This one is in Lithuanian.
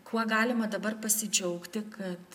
kuo galima dabar pasidžiaugti kad